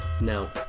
No